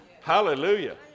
Hallelujah